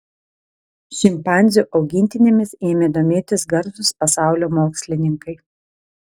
šimpanzių augintinėmis ėmė domėtis garsūs pasaulio mokslininkai